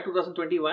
2021